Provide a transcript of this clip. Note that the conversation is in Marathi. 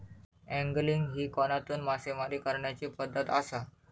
अँगलिंग ही कोनातून मासेमारी करण्याची पद्धत आसा